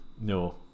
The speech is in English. no